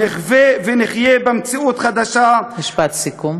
שבה נחווה ונחיה במציאות חדשה, משפט סיכום.